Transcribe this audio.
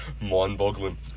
Mind-boggling